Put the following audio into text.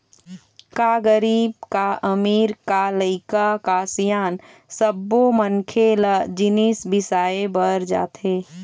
का गरीब का अमीर, का लइका का सियान सब्बो मनखे ल जिनिस बिसाए बर जाथे